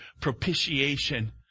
propitiation